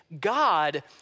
God